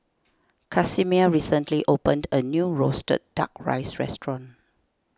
Casimir recently opened a new Roasted Duck Rice restaurant